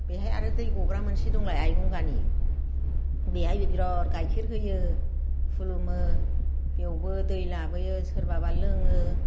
बेहाय आरो दै गग्रा मोनसे दंलाय आइ गंगानि बेहायबो बिराद गाइखेर होयो खुलुमो बेयावबो दै लाबोयो सोरबाबा लोङो